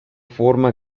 forma